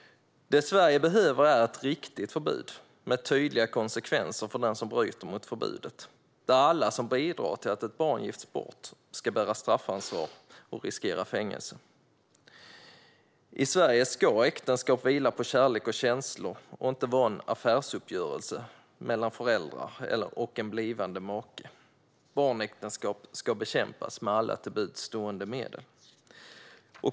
Det Sverige behöver är ett riktigt förbud, med tydliga konsekvenser för den som bryter mot förbudet. Alla som bidrar till att barn gifts bort ska bära straffansvar och riskera fängelse. I Sverige ska äktenskap vila på kärlek och känslor, inte vara en affärsuppgörelse mellan föräldrar och en blivande make. Barnäktenskap ska bekämpas med alla till buds stående medel.